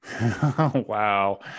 Wow